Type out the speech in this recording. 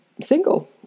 single